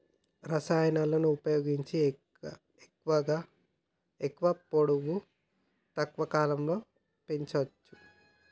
రసాయనాలను ఉపయోగించి ఎక్కువ పొడవు తక్కువ కాలంలో పెంచవచ్చా?